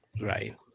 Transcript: right